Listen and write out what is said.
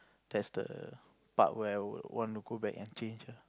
that's the part where I want to go back and change ah